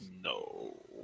no